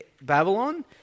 Babylon